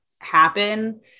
happen